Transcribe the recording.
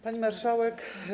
Pani Marszałek!